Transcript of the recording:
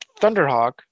Thunderhawk